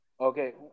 Okay